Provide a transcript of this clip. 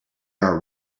are